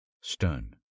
stern